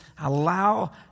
allow